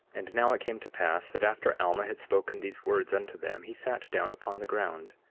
and now it came to pass that after alma had spoken these words unto them he sat down upon the ground,